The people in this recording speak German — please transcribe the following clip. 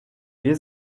wir